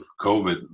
COVID